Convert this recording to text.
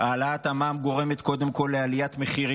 העלאת המע"מ גורמת קודם כול לעליית מחירים.